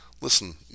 listen